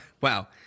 Wow